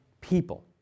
people